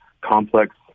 complex